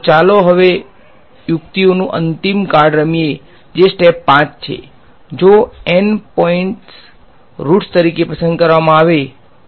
તો ચાલો હવે યુક્તિઓનું અંતિમ કાર્ડ રમીએ જે સ્ટેપ ૫ છે જો N પોઈન્ટ રુટ્સ તરીકે પસંદ કરવામાં આવે તો